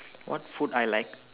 what food I like